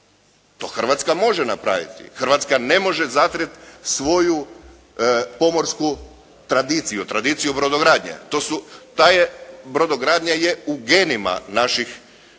To Hrvatska može napraviti. Hrvatska ne može zatrt svoju pomorsku tradiciju, tradiciju brodogradnje. Ta je brodogradnja u genima naših